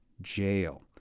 jail